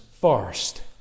first